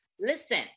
listen